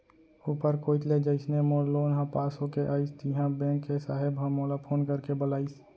ऊपर कोइत ले जइसने मोर लोन ह पास होके आइस तिहॉं बेंक के साहेब ह मोला फोन करके बलाइस